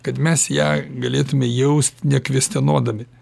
kad mes ją galėtume jaust nekvestionuodami